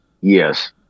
Yes